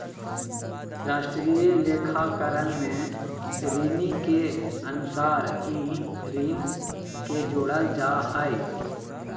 राष्ट्रीय लेखाकरण में ऋणि के अनुसार ही ऋण के जोड़ल जा हइ